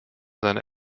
seiner